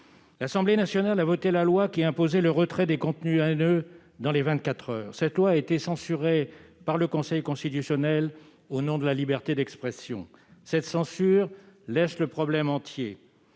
L'Assemblée nationale a voté la loi qui imposait le retrait des contenus haineux dans les vingt-quatre heures. Cette loi a été censurée par le Conseil constitutionnel au nom de la liberté d'expression, ce qui laisse le problème entier.